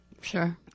Sure